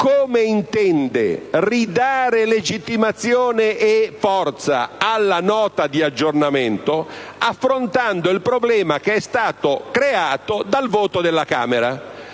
come intende ridare legittimazione e forza alla Nota di aggiornamento affrontando il problema che è stato creato dal voto della Camera.